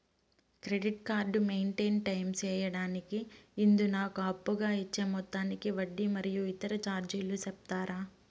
Credit card maintain time సేయడానికి ఇందుకు నాకు అప్పుగా ఇచ్చే మొత్తానికి వడ్డీ మరియు ఇతర చార్జీలు సెప్తారా?